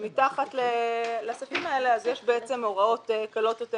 מתחת לספים האלה יש הוראות קלות יותר